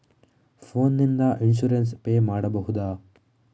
Phone ನಿಂದ insurance pay ಮಾಡಬಹುದ?